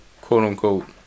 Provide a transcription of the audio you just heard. quote-unquote